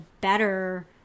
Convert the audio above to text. better